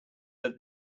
that